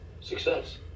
Success